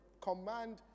command